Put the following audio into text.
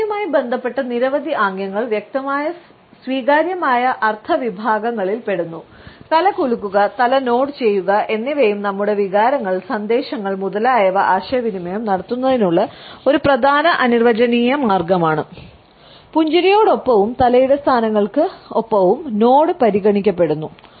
തലയുമായി ബന്ധപ്പെട്ട നിരവധി ആംഗ്യങ്ങൾ വ്യക്തമായ സ്വീകാര്യമായ അർത്ഥവിഭാഗങ്ങളിൽ പെടുന്നു തല കുലുക്കുക തല നോഡ് ചെയ്യുക എന്നിവയും നമ്മുടെ വികാരങ്ങൾ സന്ദേശങ്ങൾ മുതലായവ ആശയവിനിമയം നടത്തുന്നതിനുള്ള ഒരു പ്രധാന അനിർവചനീയ മാർഗമാണ് പുഞ്ചിരിയോടൊപ്പവും തലയുടെ സ്ഥാനങ്ങൾക്ക് ഒപ്പവും നോഡ് പരിഗണിക്കപ്പെടുന്നു